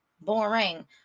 Boring